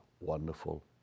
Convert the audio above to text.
wonderful